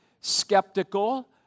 skeptical